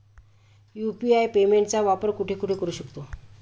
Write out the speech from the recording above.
UPI पेमेंटचा वापर कुठे कुठे करू शकतो?